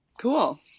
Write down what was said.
Cool